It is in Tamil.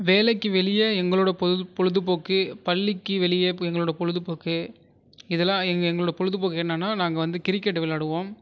வேலைக்கு வெளியே எங்களோட பொழுது பொழுதுபோக்கு பள்ளிக்கு வெளியே எங்களோட பொழுதுபோக்கு இதெலாம் எங்களோட பொழுதுபோக்கு என்னென்னா நாங்கள் வந்து கிரிக்கெட் விளையாடுவோம்